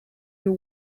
you